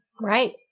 Right